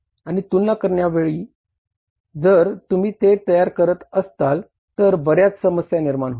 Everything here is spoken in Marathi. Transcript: आणि तुलना करण्याच्या वेळी जर तुम्ही ते तयार करीत असाल तर बर्याच समस्या निर्माण होतील